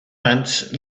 ants